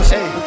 Hey